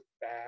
bad